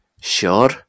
Sure